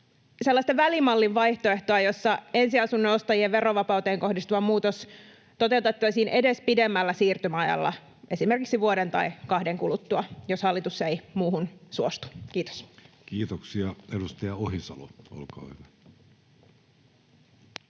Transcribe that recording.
välimallin vaihtoehtoa, jossa ensiasunnon ostajien verovapauteen kohdistuva muutos toteutettaisiin edes pidemmällä siirtymäajalla, esimerkiksi vuoden tai kahden kuluttua, jos hallitus ei muuhun suostu. — Kiitos. Kiitoksia. — Edustaja Ohisalo, olkaa hyvä.